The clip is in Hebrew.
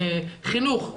חינוך,